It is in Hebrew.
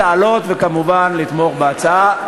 לעלות וכמובן לתמוך בהצעה.